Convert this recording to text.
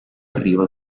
arrivo